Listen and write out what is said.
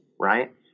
right